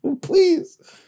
Please